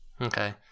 Okay